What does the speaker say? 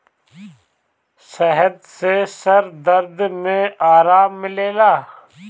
शहद से सर दर्द में आराम मिलेला